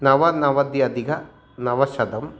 नवनवत्यधिकनवशतम्